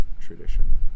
tradition